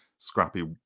scrappy